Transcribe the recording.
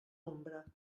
ombra